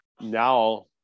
Now